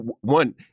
one